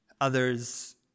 others